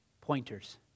pointers